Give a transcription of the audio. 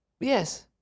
Yes